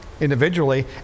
individually